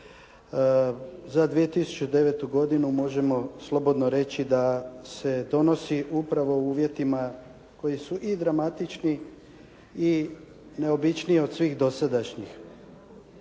za 2009. godinu možemo slobodno reći da se donosi upravo u uvjetima koji su i dramatični i neobičniji od svih dosadašnjih.